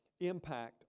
impact